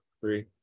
three